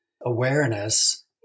awareness